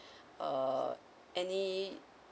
uh any